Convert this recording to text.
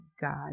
God